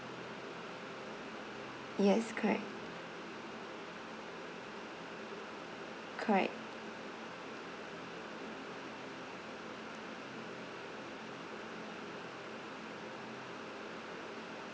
yes correct correct